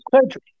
surgery